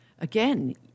Again